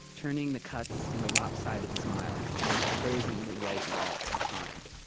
turning the cuts into lopsided smiles and exposing the white wall behind.